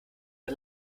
der